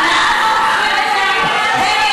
אנחנו הופכים, הן